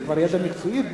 זה כבר ידע מקצועי בעברית.